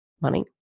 money